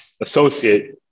associate